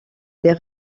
des